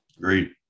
Great